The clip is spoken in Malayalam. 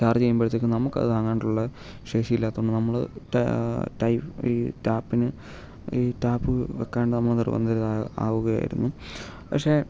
ചാർജ് ചെയ്യുമ്പോഴത്തേക്കും നമുക്ക് അത് താങ്ങാനായിട്ടുള്ള ശേഷി ഇല്ലാത്തതു കൊണ്ട് നമ്മൾ ത ടയ് ഈ ടാപ്പിന് ഈ ടാപ്പ് വയ്ക്കാൻ നമ്മൾ നിർബന്ധിതരാ ആവുകയായിരുന്നു പക്ഷേ